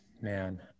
Man